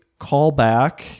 callback